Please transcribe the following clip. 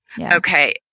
Okay